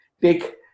take